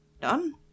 done